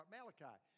Malachi